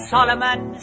Solomon